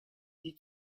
dis